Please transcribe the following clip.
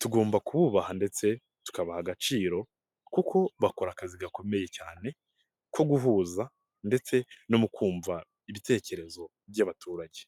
tugomba kububaha ndetse tukabaha agaciro kuko bakora akazi gakomeye cyane ko guhuza ndetse no mu kumva ibitekerezo by'abaturage.